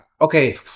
Okay